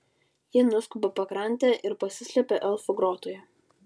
ji nuskuba pakrante ir pasislepia elfų grotoje